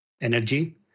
energy